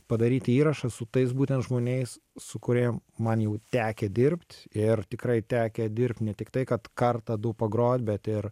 padaryti įrašą su tais būtent žmoniais su kurie man jau tekę dirbt ir tikrai tekę dirbt ne tiktai kad kartą du pagrot bet ir